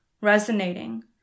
resonating